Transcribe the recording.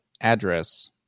address